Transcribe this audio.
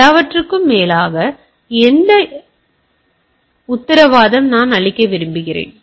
எல்லாவற்றிற்கும் மேலாக அந்த எல்லாவற்றையும் சொன்னேன் நான் உத்தரவாதம் அளிக்க விரும்புகிறேன்